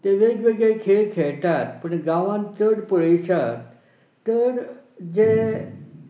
ते वेगवेगळे खेळ खेळटात पूण गांवांत चड पळयशात तर जे